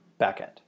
backend